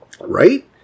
Right